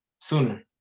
sooner